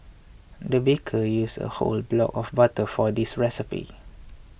the baker used a whole block of butter for this recipe